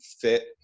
fit